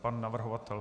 Pan navrhovatel.